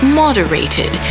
moderated